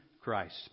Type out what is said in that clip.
Christ